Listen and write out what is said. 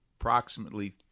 approximately